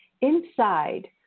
Inside